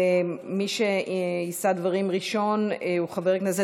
הצעות מס' 1699, 1820,